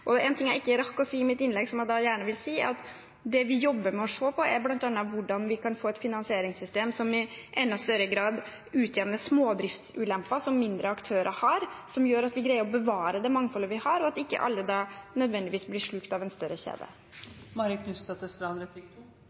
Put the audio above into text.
jeg vil gjerne si, er at det vi ser på, er bl.a. hvordan vi kan få et finansieringssystem som i enda større grad utjevner smådriftsulempene som mindre aktører har, som gjør at vi greier å bevare det mangfoldet vi har, og at ikke alle nødvendigvis blir slukt av en større kjede.